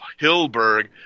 Hilberg